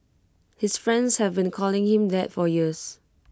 his friends have been calling him that for years